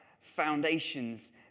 foundations